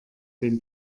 den